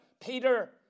Peter